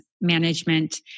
management